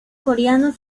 coreano